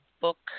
book